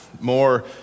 more